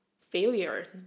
failure